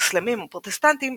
מוסלמים או פרוטסטנטים,